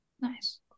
Nice